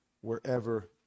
wherever